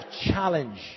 challenge